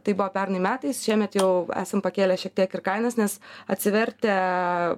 tai buvo pernai metais šiemet jau esam pakėlę šiek tiek ir kainas nes atsivertę